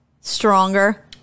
stronger